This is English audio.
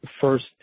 first